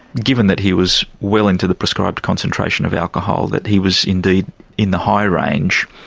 given that he was well into the prescribed concentration of alcohol, that he was indeed in the high range,